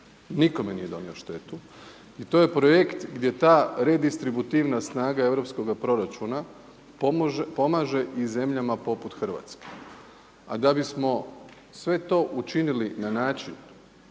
nikome nije donio štetu i to je projekt gdje ta redistributivna snaga europskoga proračuna pomaže i zemljama poput Hrvatske. A da bismo sve to učinili na način